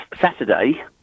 Saturday